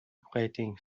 grating